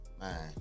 man